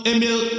Emil